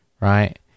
right